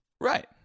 Right